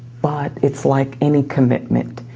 but it's like any commitment.